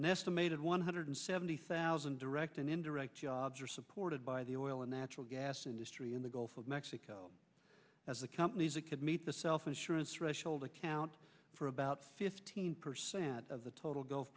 an estimated one hundred seventy thousand direct and indirect jobs are supported by the oil and natural gas industry in the gulf of mexico as a companies it could meet the self assurance threshold account for about fifteen percent of the total gulf